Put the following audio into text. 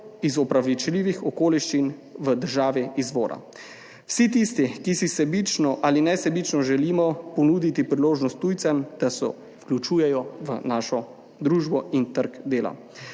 iz upravičljivih okoliščin v državi izvora, vsi tisti, ki si sebično ali nesebično želimo ponuditi priložnost tujcem, da se vključujejo v našo družbo in trg dela.